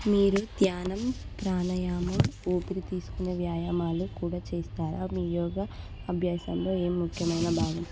మీరు ధ్యానం ప్రాణాయామం ఊపిరి తీసుకుని వ్యాయమాలు కూడా చేస్తారా మీ యోగా అభ్యాసంలో ఏ ముఖ్యమైన భాగం